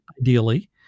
ideally